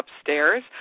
upstairs